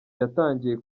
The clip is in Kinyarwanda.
yatangiye